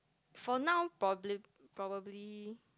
for now probably probably